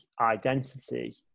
identity